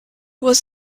was